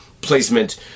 placement